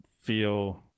feel